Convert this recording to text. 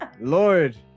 lord